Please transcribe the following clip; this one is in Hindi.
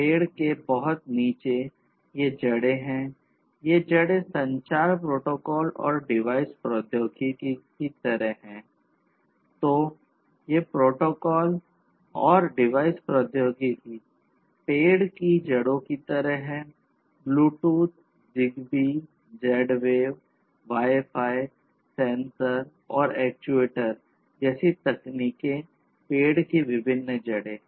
पेड़ के बहुत नीचे ये जड़ें हैं ये जड़ें संचार प्रोटोकॉल जैसी तकनीकें पेड की विभिन्न जड़े हैं